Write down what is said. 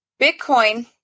Bitcoin